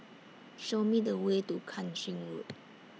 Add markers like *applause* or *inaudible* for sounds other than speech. Show Me The Way to Kang Ching Road *noise*